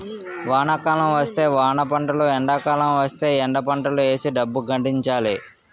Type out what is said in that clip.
వానాకాలం వస్తే వానపంటలు ఎండాకాలం వస్తేయ్ ఎండపంటలు ఏసీ డబ్బు గడించాలి